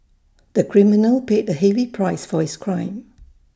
the criminal paid A heavy price for his crime